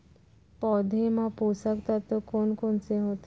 पौधे मा पोसक तत्व कोन कोन से होथे?